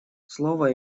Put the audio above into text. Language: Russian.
слово